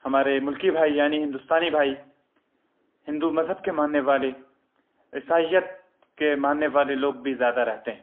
ہمارے ملکی بھائی یعنی ہندوستانی بھائی ہندو مذہب کے ماننے والے عیسائیت کے ماننے والے لوگ بھی زیادہ رہتے ہیں